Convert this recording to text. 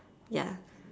ya